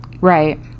right